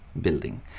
building